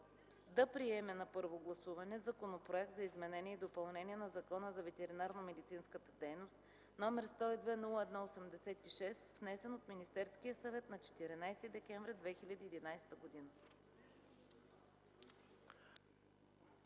да приеме на първо гласуване Законопроект за изменение и допълнение на Закона за ветеринарномедицинската дейност, № 102-01-86, внесен от Министерския съвет на 14 декември 2011 г.”